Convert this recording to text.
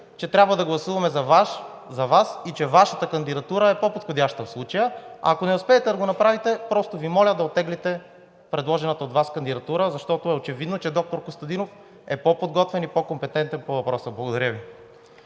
че трябва да гласуваме за Вас и че Вашата кандидатура в случая е по подходяща. Ако не успеете да го направите, просто Ви моля да оттеглите предложената от Вас кандидатура, защото е очевидно, че доктор Костадинов е по-подготвен и по-компетентен по въпроса. Благодаря Ви.